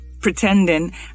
pretending